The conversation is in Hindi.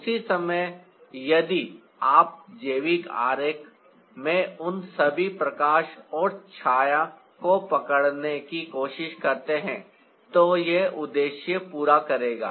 उसी समय यदि आप जैविक आरेख में उन सभी प्रकाश और छाया को पकड़ने की कोशिश करते हैं तो यह उद्देश्य पूरा करेगा